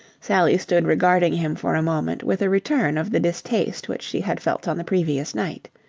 sally stood regarding him for a moment with a return of the distaste which she had felt on the previous night.